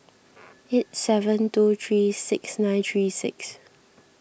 eight seven two three six nine three six